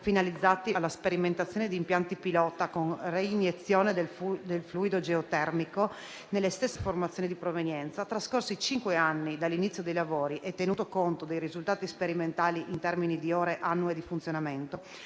finalizzati alla sperimentazione di impianti pilota con reiniezione del fluido geotermico nelle stesse formazioni di provenienza (trascorsi cinque anni dall'inizio dei lavori e tenuto conto dei risultati sperimentali in termini di ore annue di funzionamento)